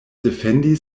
defendi